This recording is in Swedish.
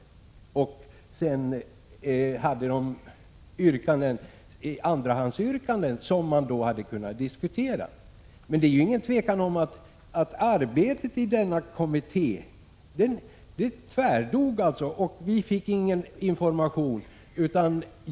Folkpartiet hade även ett andrahandsyrkande som man hade kunnat diskutera. Men det är alltså inget tvivel om att arbetet i denna kommitté så att säga tvärdog och att vi därefter inte fick någon information.